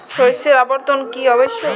শস্যের আবর্তন কী আবশ্যক?